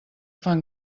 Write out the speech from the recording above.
fan